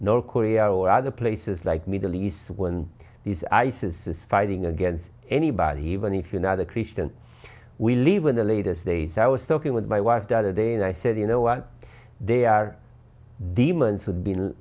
north korea or other places like middle east when these isis is fighting against anybody even if you're not a christian we leave in the latest days i was talking with my wife that a day and i said you know what they are demons have be